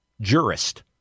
jurist